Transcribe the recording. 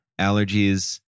allergies